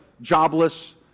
jobless